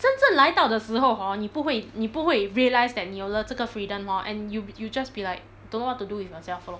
真正来到的时候 hor 你不会你不会 realise that 你有了这个 freedom lor and you you just be like don't know what to do with yourself lor